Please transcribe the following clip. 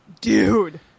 Dude